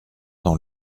dans